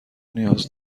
نیاز